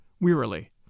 wearily